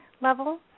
level